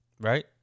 Right